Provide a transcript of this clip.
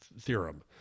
theorem